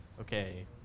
Okay